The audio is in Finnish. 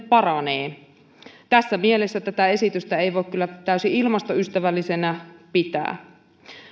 paranee tässä mielessä tätä esitystä ei voi kyllä täysin ilmastoystävällisenä pitää